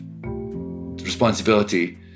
responsibility